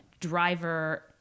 driver